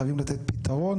חייבים לתת פתרון.